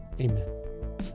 amen